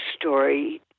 story